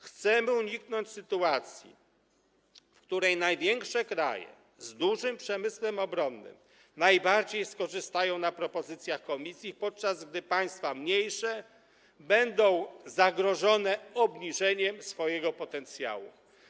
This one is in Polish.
Chcemy uniknąć sytuacji, w której największe kraje z dużym przemysłem obronnym najbardziej skorzystają na propozycjach Komisji, podczas gdy mniejsze państwa będą zagrożone obniżeniem swojego potencjału.